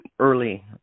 early